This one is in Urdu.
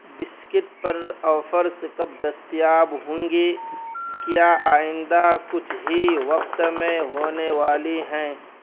بسکٹ پر آفرز کب دستیاب ہوں گی کیا آئندہ کچھ ہی وقت میں ہونے والی ہیں